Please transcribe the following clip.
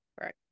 Right